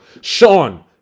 Sean